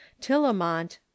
Tillamont